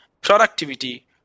productivity